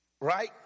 right